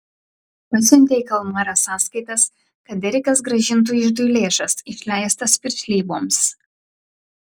pasiuntė į kalmarą sąskaitas kad erikas grąžintų iždui lėšas išleistas piršlyboms